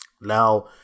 Now